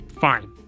Fine